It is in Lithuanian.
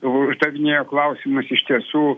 uždavinėjo klausimus iš tiesų